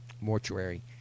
mortuary